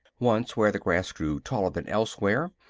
once, where the grass grew taller than elsewhere,